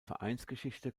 vereinsgeschichte